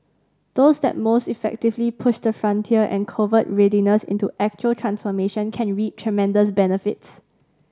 those that most effectively push the frontier and convert readiness into actual transformation can reap tremendous benefits